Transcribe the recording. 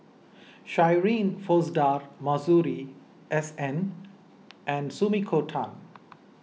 Shirin Fozdar Masuri S N and Sumiko Tan